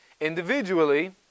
individually